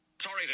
Sorry